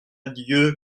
dieu